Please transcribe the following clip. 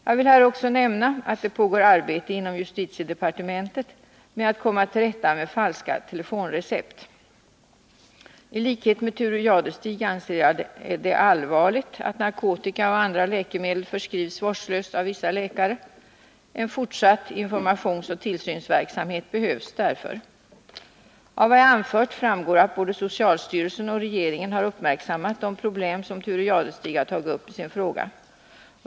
Jag vill här också nämna att det pågår arbete inom justitiedepartementet med att komma till rätta med falska telefonrecept. I likhet med Thure Jadestig anser jag det allvarligt att narkotika och andra läkemedel förskrivs vårdslöst av vissa läkare. En fortsatt informationsoch tillsynsverksamhet behövs därför. Av vad jag har anfört framgår att både socialstyrelsen och regeringen har uppmärksammat de problem som Thure Jadestig har tagit upp i sin fråga.